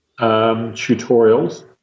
tutorials